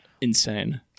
insane